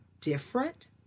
different